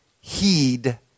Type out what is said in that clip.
heed